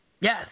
Yes